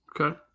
Okay